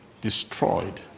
destroyed